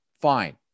fine